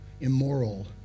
immoral